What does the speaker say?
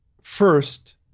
First